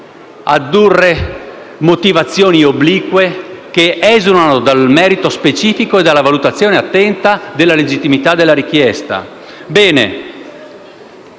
addurre motivazioni oblique che esulano dal merito specifico e dalla valutazione attenta della legittimità della richiesta.